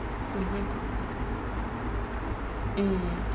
mmhmm mm